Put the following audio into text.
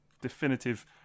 definitive